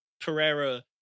Pereira